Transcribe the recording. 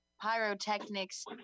Pyrotechnics